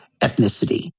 ethnicity